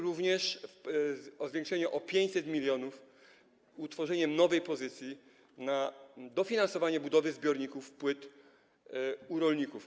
Również zwiększenie o 500 mln, utworzenie nowej pozycji, na dofinansowanie budowy zbiorników i płyt u rolników.